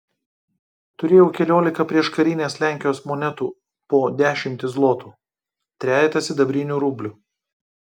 turėjau keliolika prieškarinės lenkijos monetų po dešimtį zlotų trejetą sidabrinių rublių